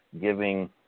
giving